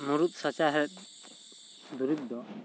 ᱢᱩᱲᱩᱛ ᱥᱟᱪᱟᱨᱦᱮᱫ ᱫᱩᱨᱤᱵᱽ ᱫᱚ